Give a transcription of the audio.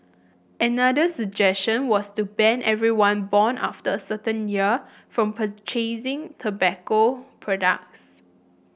another suggestion was to ban everyone born after a certain year from purchasing tobacco products